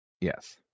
Yes